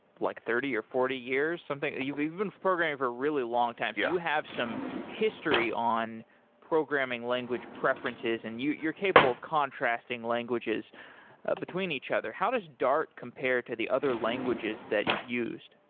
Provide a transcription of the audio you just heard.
like thirty or forty years, something. you've you've been programming for really long time. so you have some history on programming language preferences and you're capable of contrasting languages between each other. how does dart compare to the other languages that you've used?